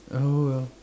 oh well